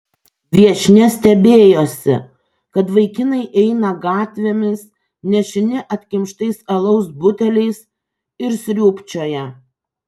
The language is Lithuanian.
viešnia stebėjosi kad vaikinai eina gatvėmis nešini atkimštais alaus buteliais ir sriūbčioja